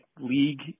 league